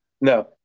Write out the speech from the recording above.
No